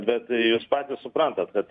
bet jūs patys suprantat kad